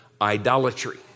idolatry